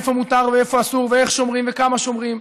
איפה מותר ואיפה אסור ואיך שומרים וכמה שומרים,